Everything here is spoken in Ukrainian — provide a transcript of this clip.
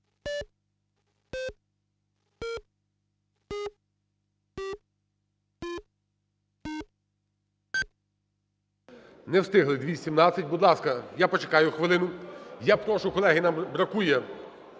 Не встигли, 217. Будь ласка, я почекаю хвилину. Я прошу, колеги, нам бракує